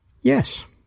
Yes